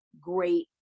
great